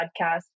podcast